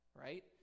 right